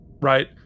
Right